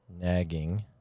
nagging